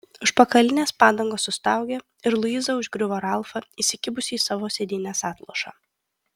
užpakalinės padangos sustaugė ir luiza užgriuvo ralfą įsikibusi į savo sėdynės atlošą